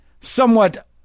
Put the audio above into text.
somewhat